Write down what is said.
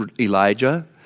Elijah